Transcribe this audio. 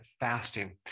fasting